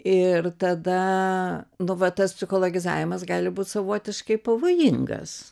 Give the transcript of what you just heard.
ir tada nu vat tas psichologizavimas gali būti savotiškai pavojingas